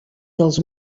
dels